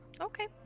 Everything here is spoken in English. Okay